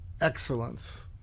excellence